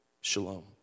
Shalom